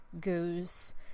goes